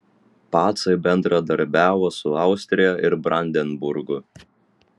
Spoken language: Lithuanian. pacai bendradarbiavo su austrija ir brandenburgu